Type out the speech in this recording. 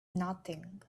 nothing